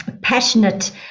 passionate